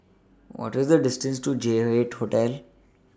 What IS The distance to J eight Hotel